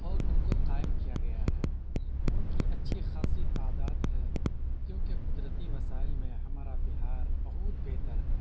اور ان کو قائم کیا گیا ہے ان کی اچھی خاصی تعداد ہے کیونکہ قدرتی مسائل میں ہمارا بہار بہت بہتر ہے